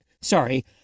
sorry